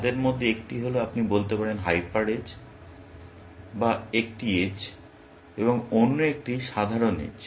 তাদের মধ্যে একটি হল আপনি বলতে পারেন হাইপার এজ বা একটি এজ এবং অন্য একটি সাধারণ এজ